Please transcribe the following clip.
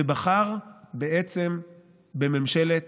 ובחר בממשלת